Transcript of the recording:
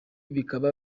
bikaba